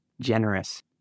generous